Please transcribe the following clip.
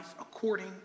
according